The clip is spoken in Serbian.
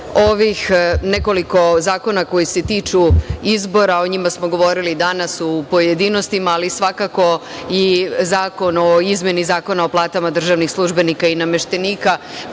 ovih nekoliko zakona koji se tiču izbora, o njima smo govorili danas u pojedinostima, ali svakako i zakon o izmeni Zakona o platama državnih službenika i nameštenika